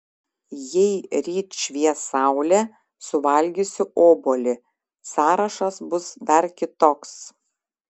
jei ryt švies saulė suvalgysiu obuolį sąrašas bus dar kitoks